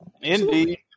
Indeed